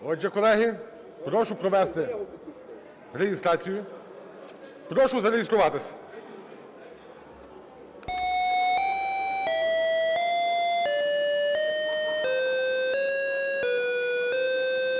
Отже, колеги, прошу провести реєстрацію. Прошу зареєструватись. 10:02:34